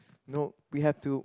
no we have to